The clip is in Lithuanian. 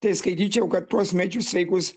tai skaityčiau kad tuos medžius sveikus